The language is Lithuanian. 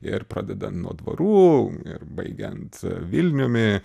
ir pradedan nuo dvarų ir baigiant vilniumi